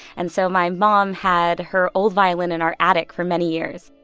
and so my mom had her old violin in our attic for many years